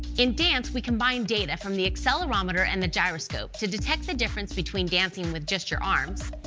in dance, we combine data from the accelerometer and the gyroscope to detect the difference between dancing with just your arms.